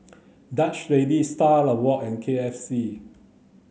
Dutch Lady Star Awards and K F C